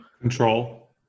Control